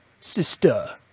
sister